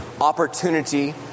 opportunity